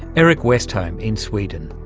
erik westholm in sweden.